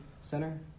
center